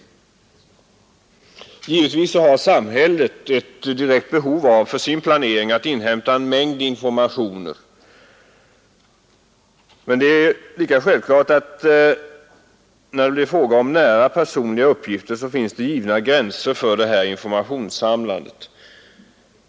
Givetvis har samhället för sin planering ett direkt behov av att inhämta en mängd informationer, men det är lika självklart att när det blir fråga om nära personliga uppgifter finns det givna gränser för informationssamlandet.